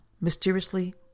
Mysteriously